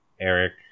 Eric